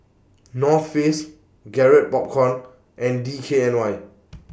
North Face Garrett Popcorn and D K N Y